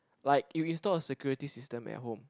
like you install a security system at home